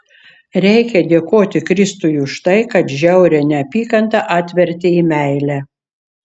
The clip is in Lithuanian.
reikia dėkoti kristui už tai kad žiaurią neapykantą atvertė į meilę